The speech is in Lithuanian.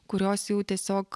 kurios jau tiesiog